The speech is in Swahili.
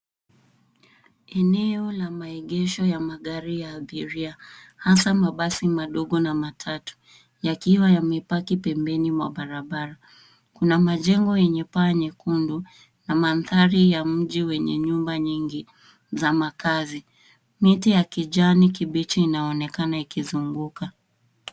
Eneo la maegesho ya magari ya abiria, hasa mabasi madogo na matatu, yakiwa yamepaki pembeni mwa barabara. Kuna majengo yenye paa nyekundu na manthari ya mji wenye nyumba nyingi za makazi. Miti ya kijani kibichi inaonekana ikizunguka.